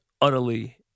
utterly